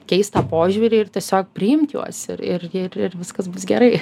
keist tą požiūrį ir tiesiog priimt juos ir ir ir viskas bus gerai